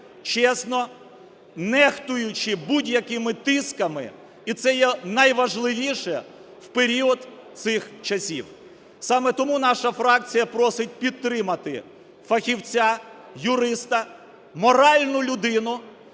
чесно, нехтуючи будь-якими тисками, і це є найважливіше в період цих часів. Саме тому наша фракція просить підтримати фахівця, юриста, моральну людину,